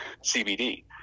CBD